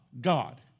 God